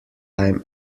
i’m